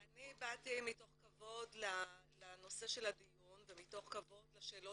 אני באתי מתוך כבוד לנושא של הדיון ומתוך כבוד לשאלות